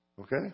Okay